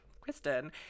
Kristen